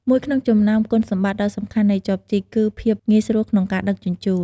មួយក្នុងចំណោមគុណសម្បត្តិដ៏សំខាន់នៃចបជីក គឺភាពងាយស្រួលក្នុងការដឹកជញ្ជូន។